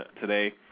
today